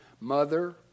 mother